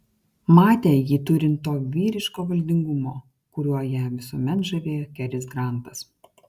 matė jį turint to vyriško valdingumo kuriuo ją visuomet žavėjo keris grantas